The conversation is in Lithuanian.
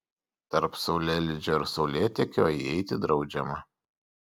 tarp saulėlydžio ir saulėtekio įeiti draudžiama